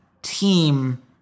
Team